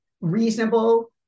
reasonable